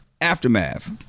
Aftermath